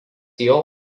jau